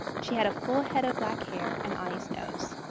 she had a full head of black hair and anie's nose.